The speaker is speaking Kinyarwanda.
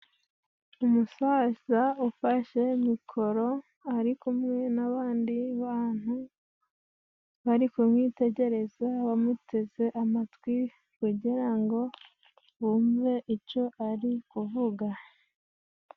Umusaza ufashe mikoro ari kumwe n'abandi bantu bari kumwitegereza wamuteze amatwi kugira ngo bumve ico ari kuvuga.